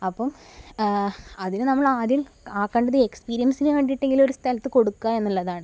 അപ്പോള് അതിന് നമ്മൾ ആദ്യം ആക്കേണ്ടത് എക്സ്പീരിയൻസിന് വേണ്ടിയിട്ടെങ്കിലും ഒരു സ്ഥലത്ത് കൊടുക്കുക എന്നുള്ളതാണ്